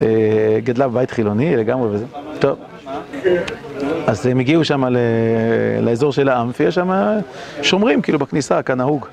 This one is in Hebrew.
גדלה בית חילוני לגמרי וזה, טוב אז הם הגיעו שם לאזור של האמפי שמה שומרים כאילו בכניסה, כנהוג